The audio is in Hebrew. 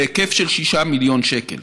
בהיקף של 6 מיליון שקל,